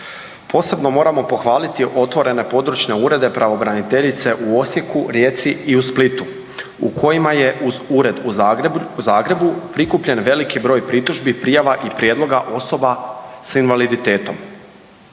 Posebno moramo pohvaliti otvorene područne urede pravobraniteljice u Osijeku, Rijeci i u Splitu u kojima je uz ured u Zagrebu prikupljen veliki broj pritužbi, prijava i prijedloga osoba s invaliditetom.